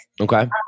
Okay